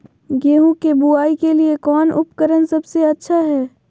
गेहूं के बुआई के लिए कौन उपकरण सबसे अच्छा है?